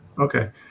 Okay